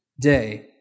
Day